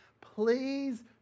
please